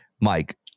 Mike